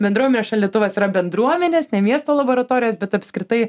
bendruomenės šaldytuvas yra bendruomenės ne miesto laboratorijos bet apskritai